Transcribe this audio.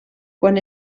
quan